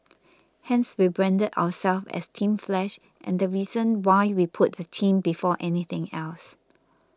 hence we branded ourselves as Team Flash and the reason why we put the team before anything else